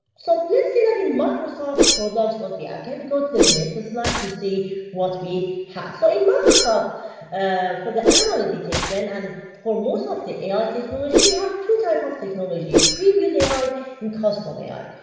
so let's see that in microsoft products. what we are. can and we go to the next slide to see what we have? so in microsoft for the animal and detection and for most of the ai technology we have two type of technology. previously i and custom ai.